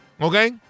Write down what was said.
Okay